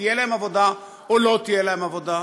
תהיה להם עבודה או לא תהיה להם עבודה.